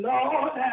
Lord